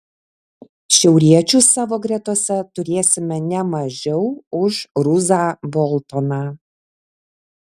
šiauriečių savo gretose turėsime ne mažiau už ruzą boltoną